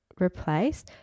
replace